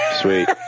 Sweet